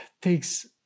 takes